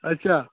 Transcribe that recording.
अच्छा